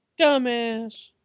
dumbass